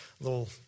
little